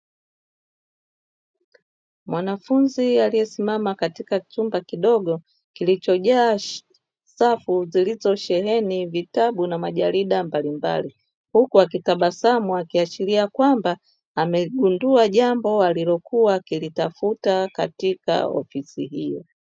Mwanafunzi aliesimama katika chumba kidogo kilichojaa safu zilizo sheheni vitabu na majarida mbalimbali, huku akitabasamu akiashilia kwamba amegundua jambo alilokuwa akilitafuta katika ofisi hiyo.